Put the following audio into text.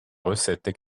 recettes